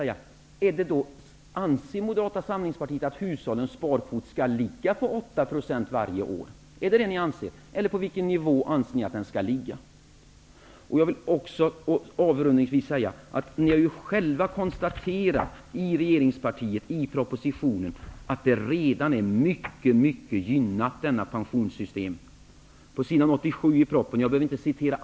Anser Moderata samlingspartiet att hushållens sparkvot skall ligga på 8 % varje år, eller på vilken nivå anser ni att det skall ligga? Jag vill avslutningsvis säga att regeringspartierna ju själva i propositionen konstaterar att detta pensionssystem redan är mycket gynnat.